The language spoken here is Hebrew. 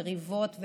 מריבות,